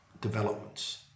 developments